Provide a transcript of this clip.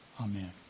Amen